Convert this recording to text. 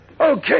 Okay